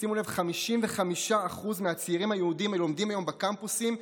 שימו לב: 55% מהצעירים היהודים הלומדים היום בקמפוסים,